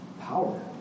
power